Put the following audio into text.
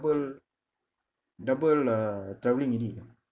double double uh travelling already